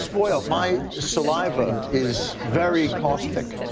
sort of my saliva is very caustic.